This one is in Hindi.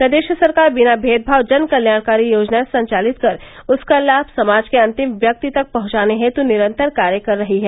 प्रदेश सरकार बिना भेद भाव जन कल्याणकारी योजनाएं संचालित कर उसका लाभ समाज के अंतिम व्यक्ति तक पहुंचाने हेतु निरन्तर कार्य कर रही है